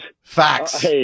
Facts